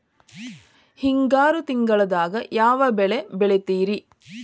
ಹಿಂಗಾರು ತಿಂಗಳದಾಗ ಯಾವ ಬೆಳೆ ಬೆಳಿತಿರಿ?